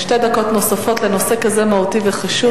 שתי דקות נוספות לנושא כזה מהותי וחשוב,